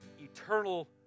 eternal